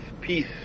peace